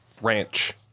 ranch